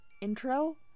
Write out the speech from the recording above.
intro